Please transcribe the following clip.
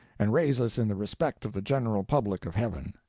and raise us in the respect of the general public of heaven.